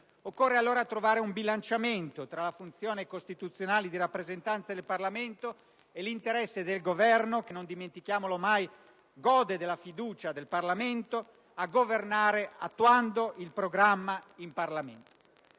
Occorre allora trovare un bilanciamento tra la funzione costituzionale di rappresentanza del Parlamento e l'interesse del Governo - che, non dimentichiamolo mai, gode della fiducia del Parlamento - a governare attuando il programma in Parlamento.